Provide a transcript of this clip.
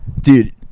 Dude